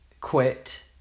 Quit